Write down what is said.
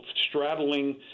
straddling